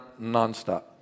nonstop